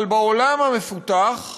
אבל בעולם המפותח,